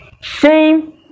Shame